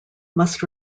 must